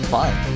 fine